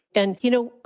and, you know,